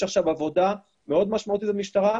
יש עכשיו עבודה מאוד משמעותית במשטרה,